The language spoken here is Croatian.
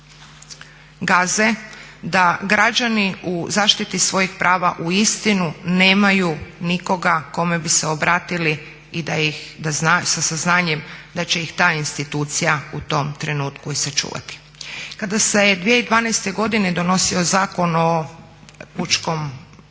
da građani u zaštiti svojih prava uistinu nemaju nikoga kome bi se obratili sa saznanjem da će ih ta institucija u tom trenutku i sačuvati. Kada se 2012.godine donosio Zakon o pučkom